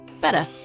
better